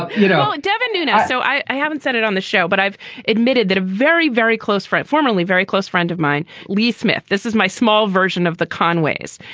ah you know, devin nunes so i haven't said it on the show, but i've admitted that a very, very close friend, formerly very close friend of mine, lee smith. this is my small version of the conways,